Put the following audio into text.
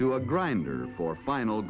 to a grinder for final